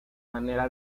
manera